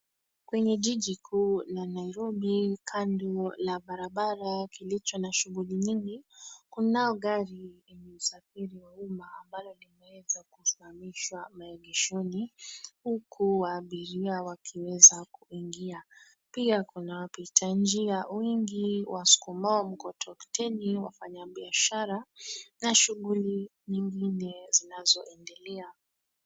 Kwenye jiji kuu la Nairobi, kando la barabara kilicho na shughuli nyingi, kunao gari ya usafiri wa umma ambalo linaweza kusimamishwa maegeshoni, huku abiria wakiweza kuingia. Pia kuna wapita njia wengi wasukumao mkokoteni, wafanyabiashara, na shughuli nyingine zinazoendelea.